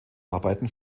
arbeiten